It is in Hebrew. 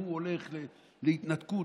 הולך להתנתקות,